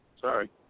sorry